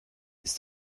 ist